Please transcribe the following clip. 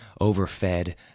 overfed